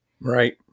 Right